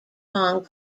hong